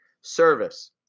service